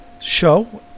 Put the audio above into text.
show